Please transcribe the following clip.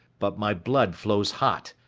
but my blood flows hot,